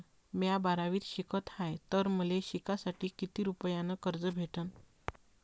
म्या बारावीत शिकत हाय तर मले शिकासाठी किती रुपयान कर्ज भेटन?